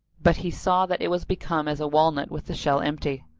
but he saw that it was become as a walnut with the shell empty.